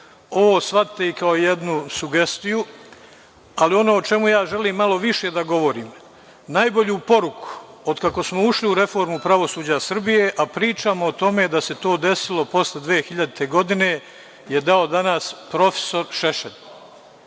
Ovo shvatite kao jednu sugestiju. Ono o čemu ja želim malo više da govorim, najbolju poruku otkako smo ušli u reformu pravosuđa Srbije, a pričamo o tome da se to desilo posle 2000. godine, dao je danas profesor Šešelj,